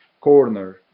corner